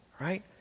right